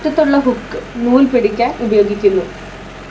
അറ്റത്തുള്ള ഹുക്ക് നൂൽ പിടിക്കാൻ ഉപയോഗിക്കുന്നു